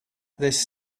this